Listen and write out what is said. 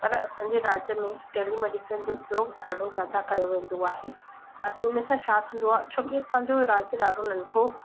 पर असांजे राज्य में टैलीमैडिसिन जो उपयोग ॾाढो ज़्यादा कयो वेंदो आहे असां इन सां छा थींदो आहे छो की असांजो राज्य ॾाढो नंढो